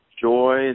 joy